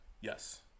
Yes